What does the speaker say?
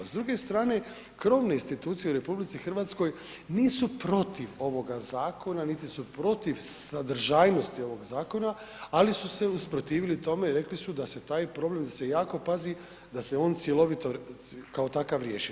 S druge strane krovne institucije u RH nisu protiv ovoga zakona, niti su protiv sadržajnosti ovog zakona, ali su se usprotivili tome i rekli su da se taj problem, da se jako pazi da se on cjelovito kao takav riješi.